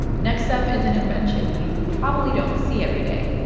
next up is an invention you probably don't see every day,